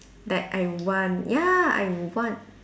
that I want ya I want